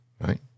right